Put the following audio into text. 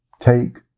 take